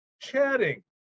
chatting